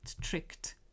tricked